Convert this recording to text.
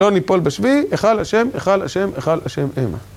לא ניפול בשבי, היכל השם, היכל השם, היכל השם הם.